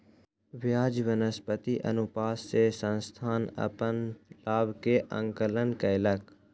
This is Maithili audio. ब्याज व्याप्ति अनुपात से संस्थान अपन लाभ के आंकलन कयलक